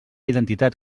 identitat